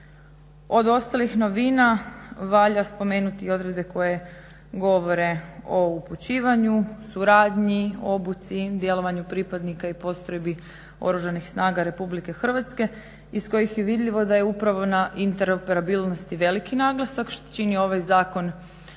Od ostalih novina valja spomenuti i odredbe koje govore o upućivanju, suradnji, obuci, djelovanju pripadnika i postrojbi Oružanih snaga Republike Hrvatske iz kojih je vidljivo da je upravo na interoperabilnosti veliki naglasak što čini ovaj Zakon vrlo